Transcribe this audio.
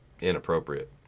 inappropriate